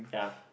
ya